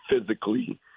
physically